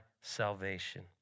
salvation